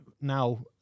now